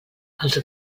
els